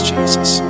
Jesus